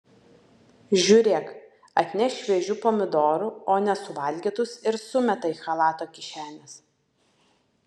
žiūrėk atneš šviežių pomidorų o nesuvalgytus ir sumeta į chalato kišenes